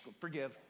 Forgive